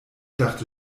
dachte